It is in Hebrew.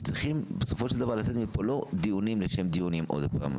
צריכים בסופו של דבר לצאת מכאן לא דיונים לשם דיונים עוד פעם,